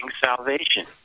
salvation